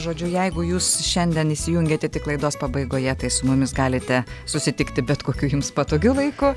žodžiu jeigu jūs šiandien įsijungėte tik laidos pabaigoje tai su mumis galite susitikti bet kokiu jums patogiu laiku